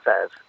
says